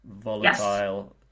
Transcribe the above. volatile